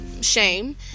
shame